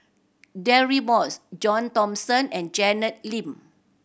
Deirdre Moss John Thomson and Janet Lim